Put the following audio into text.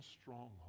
stronghold